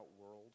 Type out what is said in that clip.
world